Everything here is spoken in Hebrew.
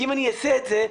כי אם אני אעשה את זה,